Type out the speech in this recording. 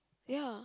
ya